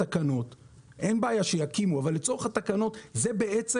אין בעיה שיקימו אבל לצורך התקנות זה בעצם